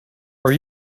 are